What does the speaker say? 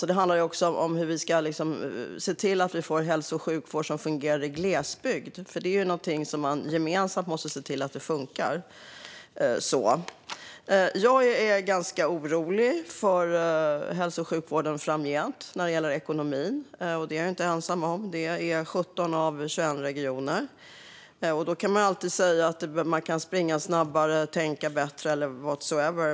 Det här handlar också om hur vi ska se till att vi får hälso och sjukvård som fungerar i glesbygd. Det är någonting som man gemensamt måste se till att det funkar. Jag är ganska orolig för hälso och sjukvården framgent när det gäller ekonomin. Det är jag inte ensam om; det är också 17 av 21 regioner. Då kan man alltid säga att man kan springa snabbare, tänka bättre eller whatever.